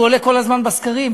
עולה כל הזמן בסקרים,